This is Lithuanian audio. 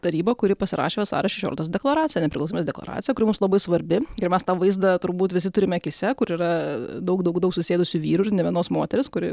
tarybą kuri pasirašė vasario šešioliktosios deklaraciją nepriklausomybės deklaraciją kuri mums labai svarbi ir mes tą vaizdą turbūt visi turime akyse kur yra daug daug daug susėdusių vyrų ir nė vienos moters kuri